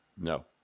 No